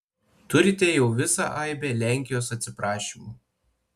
turite jau visą aibę lenkijos atsiprašymų